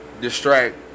distract